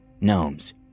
gnomes